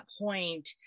point